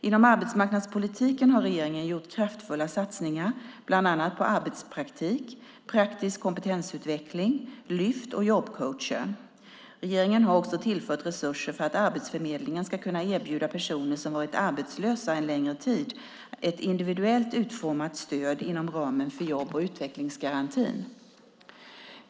Inom arbetsmarknadspolitiken har regeringen gjort kraftfulla satsningar, bland annat på arbetspraktik, praktisk kompetensutveckling, lyft och jobbcoacher. Regeringen har också tillfört resurser för att Arbetsförmedlingen ska kunna erbjuda personer som varit arbetslösa en längre tid ett individuellt utformat stöd inom ramen för jobb och utvecklingsgarantin.